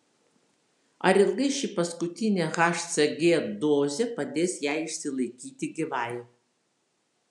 ar ilgai ši paskutinė hcg dozė padės jai išsilaikyti gyvai